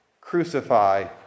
crucify